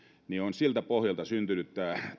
siltä pohjalta on syntynyt